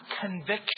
conviction